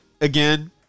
again